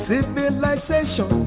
Civilization